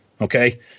Okay